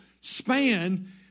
span